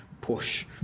push